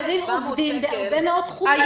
חסרים עובדים בהרבה מאוד תחומים.